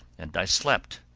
and i slept,